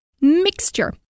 Mixture